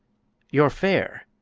your fare!